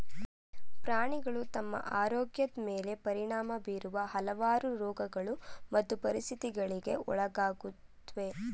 ಪ್ರಾಣಿಗಳು ತಮ್ಮ ಆರೋಗ್ಯದ್ ಮೇಲೆ ಪರಿಣಾಮ ಬೀರುವ ಹಲವಾರು ರೋಗಗಳು ಮತ್ತು ಪರಿಸ್ಥಿತಿಗಳಿಗೆ ಒಳಗಾಗುತ್ವೆ